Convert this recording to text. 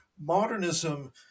modernism